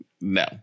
No